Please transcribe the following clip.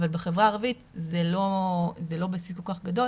אבל בחברה הערבית זה לא בסיס כל כך גדול